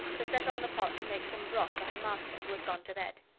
to set on the pot to make some broth for her master, who had gone to bed.